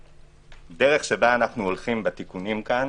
הדרך שבה אנו הולכים בתיקונים כאן,